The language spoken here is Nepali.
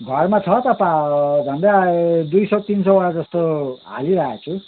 घरमा छ त झन्डै अब दुई सय तिन सयवटा जस्तो हालिराखेको छु